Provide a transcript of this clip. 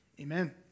Amen